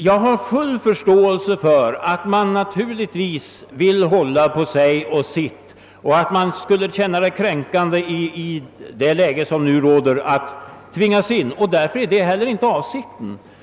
Jag har full förståelse för att man vill hålla på sitt och att man skulle uppleva det som kränkande att i nu rådande läge tvingas in i den stora organisationen. Det är heller inte avsikten att förfara på det sättet.